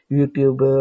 YouTube